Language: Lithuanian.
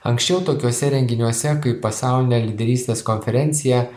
anksčiau tokiuose renginiuose kaip pasaulinė lyderystės konferencija